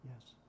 Yes